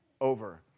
over